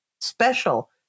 special